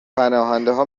پناهندهها